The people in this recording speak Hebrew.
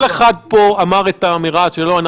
כל אחד פה אמר את האמירה שלו.